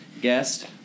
guest